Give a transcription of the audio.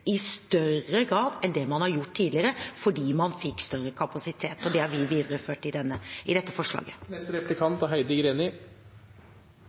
i større grad enn det man har gjort tidligere, fordi man fikk større kapasitet. Det har vi videreført i dette forslaget.